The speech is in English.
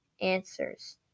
answers